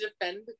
defend